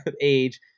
age